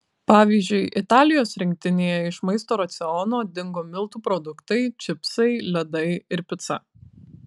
pavyzdžiui italijos rinktinėje iš maisto raciono dingo miltų produktai čipsai ledai ir pica